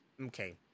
okay